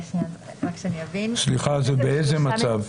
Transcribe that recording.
סליחה, זה באיזה מצב?